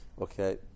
Okay